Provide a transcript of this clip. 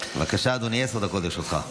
בבקשה, אדוני, עשר דקות לרשותך.